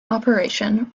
operation